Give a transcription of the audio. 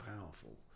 powerful